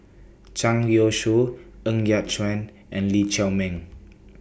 Zhang Youshuo Ng Yat Chuan and Lee Chiaw Meng